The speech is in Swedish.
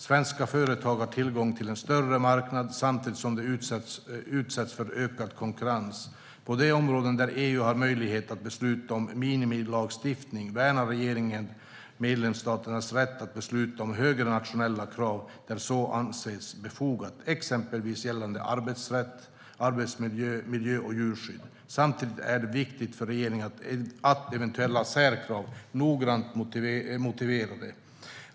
Svenska företag har tillgång till en större marknad samtidigt som de utsätts för ökad konkurrens. På de områden där EU har möjlighet att besluta om minimilagstiftning värnar regeringen medlemsstaternas rätt att besluta om högre nationella krav där så anses befogat, exempelvis gällande arbetsrätt, arbetsmiljö, miljö och djurskydd. Samtidigt är det viktigt för regeringen att eventuella särkrav är noggrant motiverade.